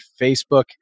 Facebook